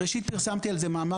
ראשית, פרסמתי על זה מאמר.